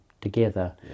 together